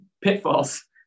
pitfalls